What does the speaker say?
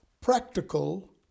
practical